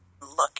look